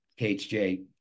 KHJ